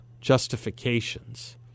justifications